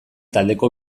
taldeko